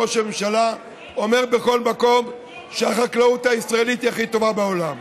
ראש הממשלה אומר בכל מקום שהחקלאות הישראלית היא הכי טובה בעולם.